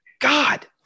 God